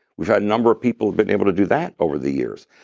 we've had a number of people who've been able to do that over the years.